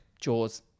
Jaws